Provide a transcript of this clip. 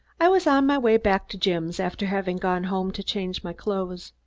i was on my way back to jim's after having gone home to change my clothes.